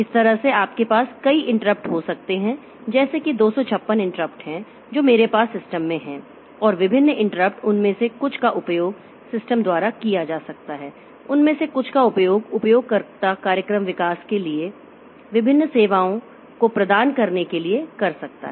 इस तरह से आपके पास कई इंटरप्ट हो सकते हैं जैसे कि 256 इंटरप्ट हैं जो मेरे पास सिस्टम में हैं और विभिन्न इंटरप्ट उनमें से कुछ का उपयोग सिस्टम द्वारा किया जा सकता है उनमें से कुछ का उपयोग उपयोगकर्ता कार्यक्रम विकास के लिए विभिन्न सेवाओं को प्रदान करने के लिए कर सकता है